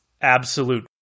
absolute